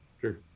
Sure